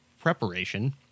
preparation